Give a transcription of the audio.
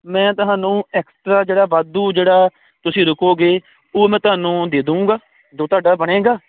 ਮੈਂ ਤੁਹਾਨੂੰ ਐਕਸਟਰਾ ਜਿਹੜਾ ਵਾਧੂ ਜਿਹੜਾ ਤੁਸੀਂ ਰੁਕੋਗੇ ਉਹ ਮੈਂ ਤੁਹਾਨੂੰ ਦੇ ਦਊਂਗਾ ਜੋ ਤੁਹਾਡਾ ਬਣੇਗਾ